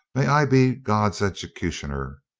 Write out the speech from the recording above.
may i be god's executioner!